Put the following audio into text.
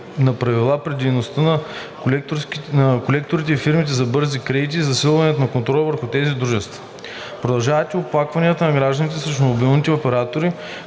на правила при дейността на колекторите и фирмите за бързи кредити и засилване на контрола върху тези дружества. Продължават и оплакванията на гражданите срещу мобилните оператори,